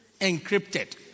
encrypted